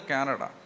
Canada